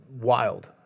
wild